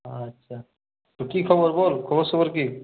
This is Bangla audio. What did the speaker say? আচ্ছা কি খবর বল খবর সবর কি